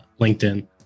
linkedin